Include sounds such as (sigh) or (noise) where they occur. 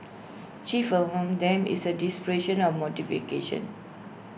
chief among them is the dissipation of (unintelligible)